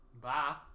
Bye